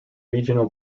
regina